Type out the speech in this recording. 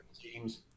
teams